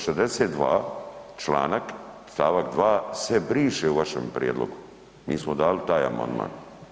62. članak, st. 2. se briše u vašem prijedlogu, mi smo dali taj amandman.